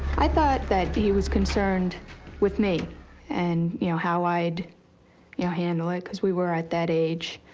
i thought that that he was concerned with me and, you know, how i'd you know handle it because we were at that age.